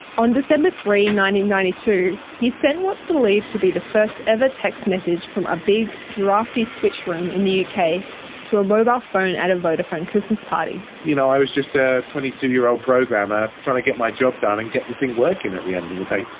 on december three, one ninety two, he sent what's believes to be the first ever text message from a big draughty switch room in the uk to a mobile phone at a vodafone christmas party. you know, i was just a twenty two year old programmer trying to get my job done and get the thing working at the end of the day.